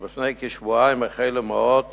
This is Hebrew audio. ולפני כשבועיים החלו מאות